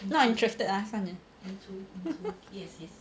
not interested ah 算了